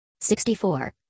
64